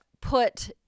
put